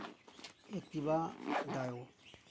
Activa dio